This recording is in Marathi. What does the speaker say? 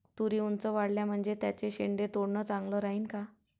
तुरी ऊंच वाढल्या म्हनजे त्याचे शेंडे तोडनं चांगलं राहीन का?